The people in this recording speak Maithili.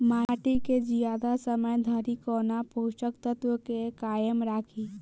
माटि केँ जियादा समय धरि कोना पोसक तत्वक केँ कायम राखि?